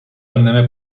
önleme